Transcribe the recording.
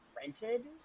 rented